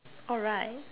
alright